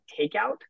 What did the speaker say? takeout